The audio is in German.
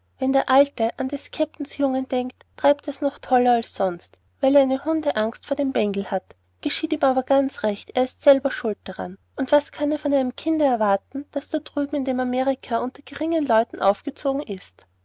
wenn der alte an des kapitäns jungen denkt treibt er's noch toller als sonst weil er eine hundeangst vor dem bengel hat geschieht ihm aber ganz recht er ist selber schuld daran und was kann er von einem kinde erwarten das da drüben in dem amerika unter geringen leuten aufgezogen ist